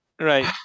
right